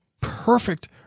perfect